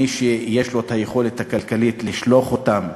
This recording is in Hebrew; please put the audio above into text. מי שיש לו יכולת כלכלית לשלוח אותם,